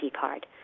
card